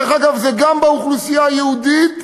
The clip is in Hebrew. דרך אגב, זה גם באוכלוסייה היהודית